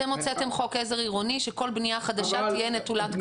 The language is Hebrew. אתם הוצאתם חוק עזר עירוני שכל בנייה חדשה תהיה נטולת קמינים.